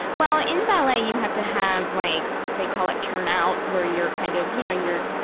well, in ballet, you have to have, like, they call it turnout, where you're kind of, you know, your,